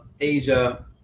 Asia